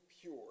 pure